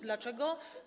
Dlaczego?